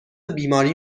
بیماری